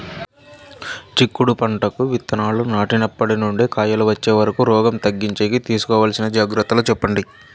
చిక్కుడు పంటకు విత్తనాలు నాటినప్పటి నుండి కాయలు వచ్చే వరకు రోగం తగ్గించేకి తీసుకోవాల్సిన జాగ్రత్తలు చెప్పండి?